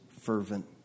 fervent